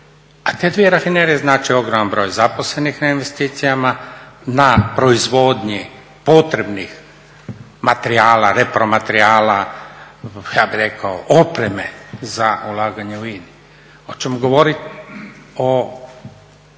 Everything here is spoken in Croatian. a te dvije rafinerije znače ogroman broj zaposlenih na investicijama, na proizvodnji potrebnih materijala, repromaterijala, ja bih rekao opreme za ulaganje u INA-i. Hoćemo govorit o